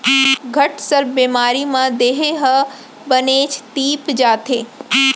घटसर्प बेमारी म देहे ह बनेच तीप जाथे